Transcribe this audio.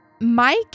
Mike